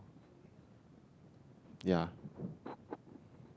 ya